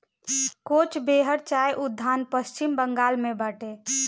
कोच बेहर चाय उद्यान पश्चिम बंगाल में बाटे